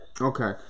Okay